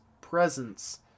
presence